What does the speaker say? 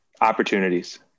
opportunities